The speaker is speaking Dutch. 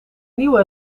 nieuwe